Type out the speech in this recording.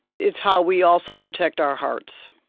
it's how we also protect our hearts